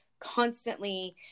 constantly